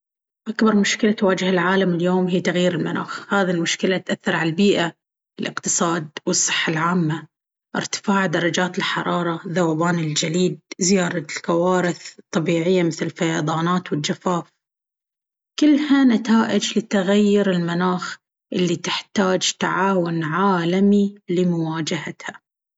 أكبر مشكلة تواجه العالم اليوم هي تغير المناخ. هذي المشكلة تأثر على البيئة، الاقتصاد، والصحة العامة. ارتفاع درجات الحرارة، ذوبان الجليد، وزيادة الكوارث الطبيعية مثل الفيضانات والجفاف، كلها نتائج لتغير المناخ اللي تحتاج تعاون عالمي لمواجهتها.